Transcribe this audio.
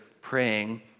praying